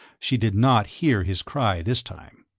she did not hear his cry this time.